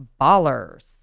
Ballers